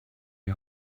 die